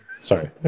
Sorry